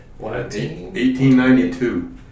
1892